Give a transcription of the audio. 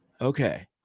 Okay